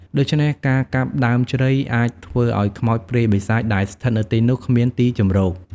ដូច្នេះ ការកាប់ដើមជ្រៃអាចធ្វើឱ្យខ្មោចព្រាយបិសាចដែលស្ថិតនៅទីនោះគ្មានទីជម្រក។